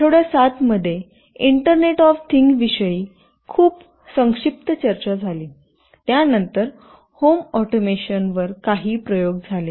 आठवड्यात 7 मध्ये internet of thing IoT विषयी खूप संक्षिप्त चर्चा झाली त्यानंतर होम ऑटोमेशनवर काही प्रयोग झाले